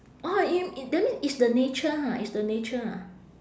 orh you i~ that means it's the nature ha it's the nature ah